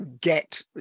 get